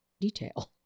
detail